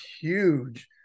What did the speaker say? huge